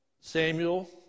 Samuel